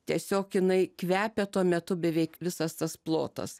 tiesiog jinai kvepia tuo metu beveik visas tas plotas